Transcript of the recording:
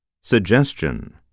Suggestion